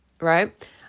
right